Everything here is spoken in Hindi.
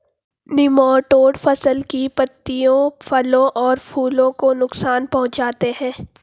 निमैटोड फसल की पत्तियों फलों और फूलों को नुकसान पहुंचाते हैं